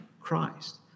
Christ